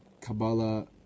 Kabbalah